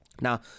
Now